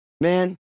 Man